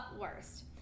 worst